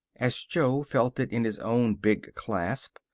as jo felt it in his own big clasp,